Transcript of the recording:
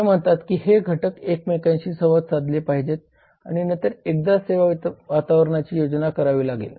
ते म्हणतात की हे घटक एकमेकांशी संवाद साधले पाहिजेत आणि नंतर एकदा सेवा वातावरणाची योजना करावी लागेल